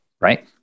right